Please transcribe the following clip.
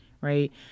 right